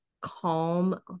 calm